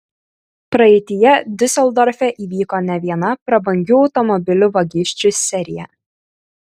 praeityje diuseldorfe įvyko ne viena prabangių automobilių vagysčių serija